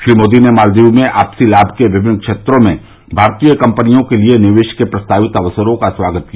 श्री मोदी ने मालदीव में आपसी लाम के विभिन्न क्षेत्रों में भारतीय कंपनियों के लिए निवेश के प्रस्तावित अवसरों का स्वागत किया